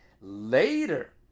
Later